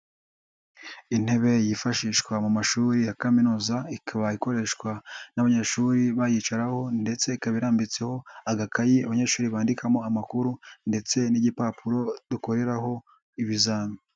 Intebe yifashishwa mu mashuri ya kaminuza, ikaba ikoreshwa n'abanyeshuri bayicaraho ndetse ikaba irambitseho agakayi, abanyeshuri bandikamo amakuru ndetse n'igipapuro dukoreraho ibizami.